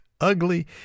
Ugly